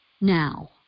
now